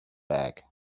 bag